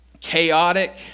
chaotic